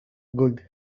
good